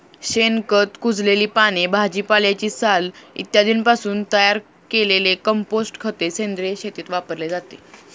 शेणखत, कुजलेली पाने, भाजीपाल्याची साल इत्यादींपासून तयार केलेले कंपोस्ट खत सेंद्रिय शेतीत वापरले जाते